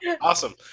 Awesome